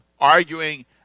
arguing